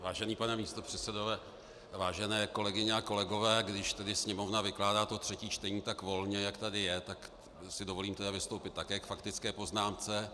Vážený pane místopředsedo, vážené kolegyně a kolegové, když tedy Sněmovna vykládá to třetí čtení tak volně, jak tady je, tak si dovolím vystoupit také k faktické poznámce.